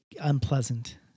unpleasant